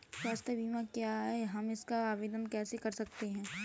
स्वास्थ्य बीमा क्या है हम इसका आवेदन कैसे कर सकते हैं?